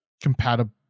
compatible